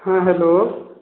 हँ हेलो